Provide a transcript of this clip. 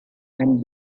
and